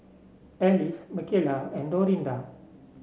Alys Mckayla and Dorinda